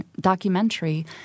documentary